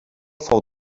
fou